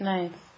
Nice